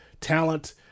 talent